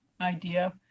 idea